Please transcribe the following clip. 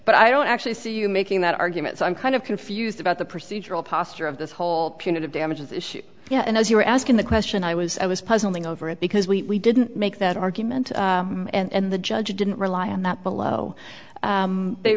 but i don't actually see you making that argument so i'm kind of confused about the procedural posture of this whole punitive damages issue and as you were asking the question i was i was puzzling over it because we didn't make that argument and the judge didn't rely on that below they